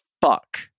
fuck